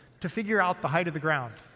to figure out the height of the ground.